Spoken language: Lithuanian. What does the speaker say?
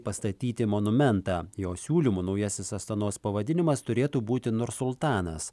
pastatyti monumentą jo siūlymu naujasis astanos pavadinimas turėtų būti nursultanas